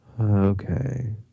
Okay